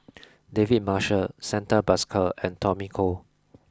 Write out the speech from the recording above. David Marshall Santha Bhaskar and Tommy Koh